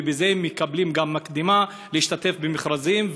ובזה הם מקבלים גם מקדמה להשתתף במכרזים,